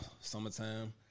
summertime